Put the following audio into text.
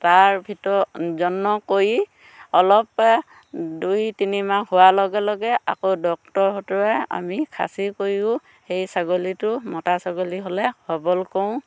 তাৰ ভিতৰত যত্ন কৰি অলপ দুই তিনিমাহ হোৱাৰ লগে লগে আকৌ ডক্টৰ হতুৱাই আমি খাচি কৰিও সেই ছাগলীটো মতা ছাগলী হ'লে সৱল কৰোঁ